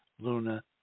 Luna